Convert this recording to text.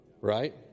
Right